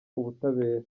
ubutabera